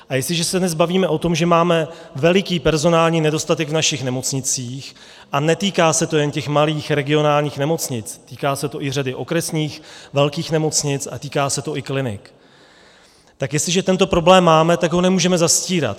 A jestliže se dnes bavíme o tom, že máme veliký personální nedostatek v našich nemocnicích, a netýká se to jen těch malých regionálních nemocnic, týká se to i řady okresních, velkých nemocnic a týká se to i klinik, tak jestliže tento problém máme, tak ho nemůžeme zastírat.